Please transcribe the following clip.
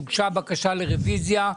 הוגשה בקשה לרביזיה.